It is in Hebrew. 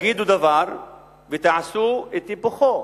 תגידו דבר ותעשו את היפוכו.